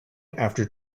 after